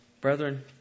Brethren